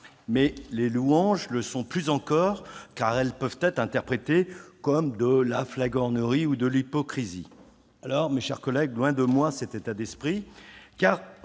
mais les louanges le sont plus encore, car elles peuvent être interprétées comme de la flagornerie ou de l'hypocrisie. Loin de moi cet état d'esprit, car